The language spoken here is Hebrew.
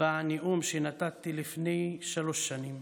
בנאום שנשאתי לפני שלוש שנים.